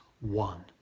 one